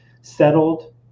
settled